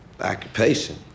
Occupation